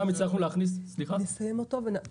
גם הצלחנו להכניס --- סליחה חברים,